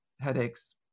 headaches